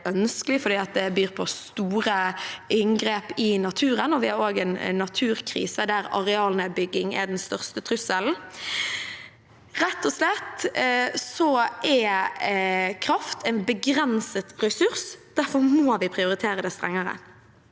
det er ønskelig, for det byr på store inngrep i naturen, og vi har også en naturkrise, der arealnedbygging er den største trusselen. Kraft er rett og slett en begrenset ressurs, derfor må vi prioritere det strengere.